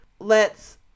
lets